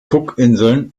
cookinseln